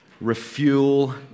refuel